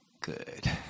Good